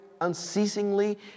unceasingly